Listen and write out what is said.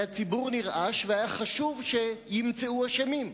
והציבור נרעש והיה חשוב שימצאו אשמים.